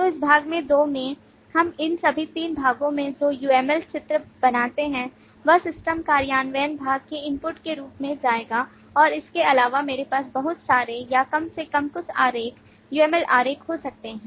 तो इस भाग 2 में हम इन सभी 3 भागों में जो uml चित्र बनाते हैं वह सिस्टम कार्यान्वयन भाग के इनपुट के रूप में जाएगा और इसके अलावा मेरे पास बहुत सारे या कम से कम कुछ आरेख uml आरेख हो सकते हैं